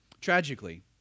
Tragically